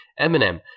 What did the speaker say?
Eminem